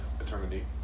eternity